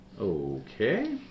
Okay